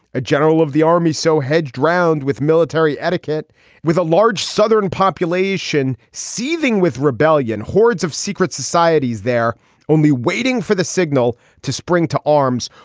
a general of the army so hedged around with military etiquette with a large southern population seething with rebellion hordes of secret societies they're only waiting for the signal to spring to arms.